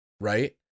Right